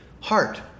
Heart